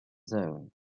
zone